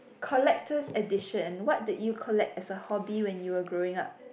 collectors edition what did you collect as a hobby when you were growing up